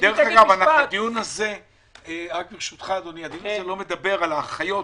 הדיון הזה לא מדבר על האחיות